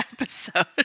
episode